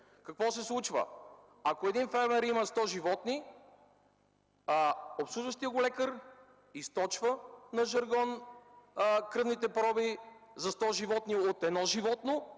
Какво се случва? Ако един фермер има 100 животни, а обслужващият го лекар източва, на жаргон, кръвните проби за 100 животни от едно животно